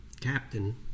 captain